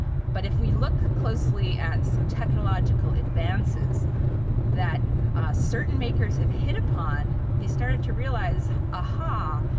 but if we look closely at some technological advances that certain makers have hit upon, they started to realize, aha!